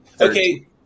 Okay